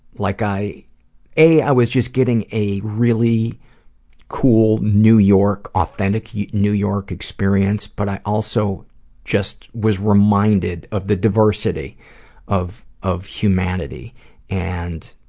like i a i was just getting a really cool new york, authentic yeah new york experience, but i also just was reminded of the diversity of of humanity and